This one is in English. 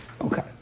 Okay